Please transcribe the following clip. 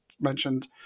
mentioned